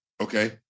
Okay